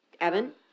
Evan